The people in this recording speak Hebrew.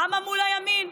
למה מול הימין?